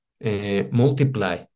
Multiply